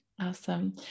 Awesome